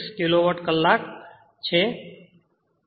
36 kilowatt કલાક છે